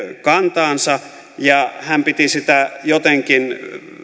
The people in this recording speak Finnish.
kantaansa ja hän piti sitä jotenkin